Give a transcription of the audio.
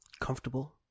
comfortable